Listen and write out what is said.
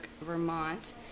Vermont